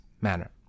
manner